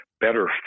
better